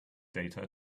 data